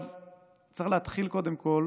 צריך להתחיל קודם כול